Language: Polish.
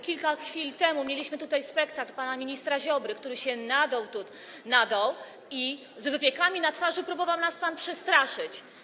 Kilka chwil temu mieliśmy tutaj spektakl pana ministra Ziobry, który się tu nadął, nadął się i z wypiekami na twarzy próbował nas przestraszyć.